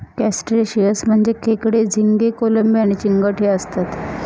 crustaceans मध्ये खेकडे, झिंगे, कोळंबी, चिंगट हे असतात